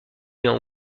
bien